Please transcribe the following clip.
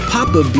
Papa